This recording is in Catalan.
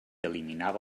eliminava